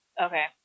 Okay